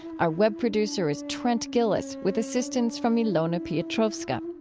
our web producer is trent gilliss with assistance from ilona piotrowska.